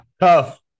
tough